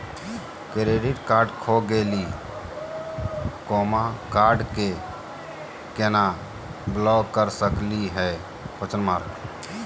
Credit card खो गैली, card क केना ब्लॉक कर सकली हे?